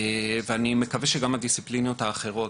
ואני מקווה שגם הדיסציפלינות האחרות.